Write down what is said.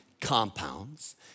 compounds